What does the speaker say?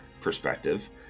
perspective